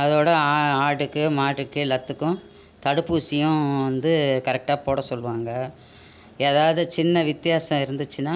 அதோட ஆடுக்கு மாட்டுக்கு எல்லாத்துக்கும் தடுப்பூசியும் வந்து கரெக்ட்டாக போட சொல்லுவாங்க ஏதாவது சின்ன வித்யாச இருந்துச்சுனா